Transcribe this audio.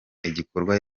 igikorwa